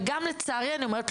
וגם לצערי אני אומרת,